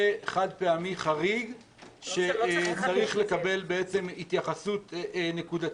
חד-פעמי חריג שמצריך לקבל בעצם התייחסות נקודתית.